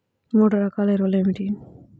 మూడు రకాల ఎరువులు ఏమిటి?